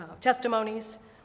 testimonies